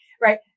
right